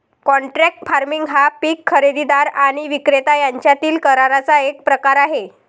contract farming हा पीक खरेदीदार आणि विक्रेता यांच्यातील कराराचा एक प्रकार आहे